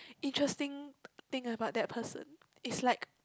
interesting thing about that person it's like